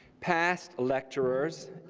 past lecturers,